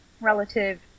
relative